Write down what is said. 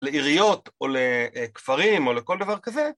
לעיריות או לכפרים או לכל דבר כזה.